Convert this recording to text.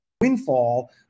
windfall